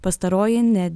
pastaroji ne